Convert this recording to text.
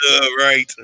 Right